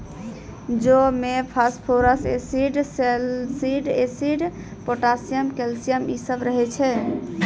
जौ मे phosphorus acid, salicylic acid, potassium, calcium इ सभ रहै छै